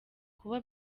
kuba